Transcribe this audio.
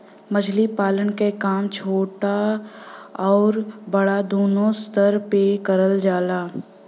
मछली पालन क काम छोटा आउर बड़ा दूनो स्तर पे करल जाला